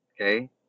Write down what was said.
Okay